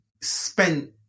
spent